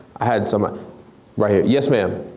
i had somebody right here, yes ma'am?